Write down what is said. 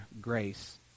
grace